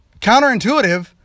counterintuitive